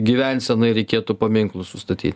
gyvensenai reikėtų paminklus sustatyti